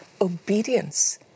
obedience